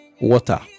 water